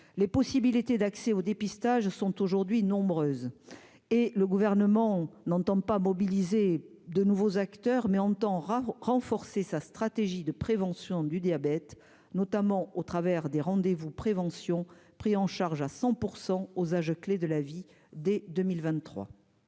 les possibilités d'accès au dépistage sont aujourd'hui nombreuses et le gouvernement n'entendent pas mobiliser de nouveaux acteurs, mais en même temps, rares renforcer sa stratégie de prévention du diabète, notamment au travers des rendez-vous prévention pris en charge à 100 % aux âges clés de la vie dès 2023.